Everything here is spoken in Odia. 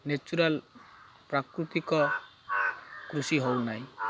ନ୍ୟାଚୁରାଲ୍ ପ୍ରାକୃତିକ କୃଷି ହେଉନାହିଁ